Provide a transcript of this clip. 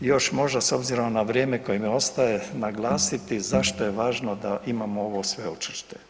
I još možda s obzirom na vrijeme koje mi ostaje naglasiti zašto je važno da imamo ovo sveučilište.